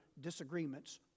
disagreements